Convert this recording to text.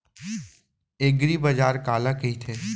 एगरीबाजार काला कहिथे?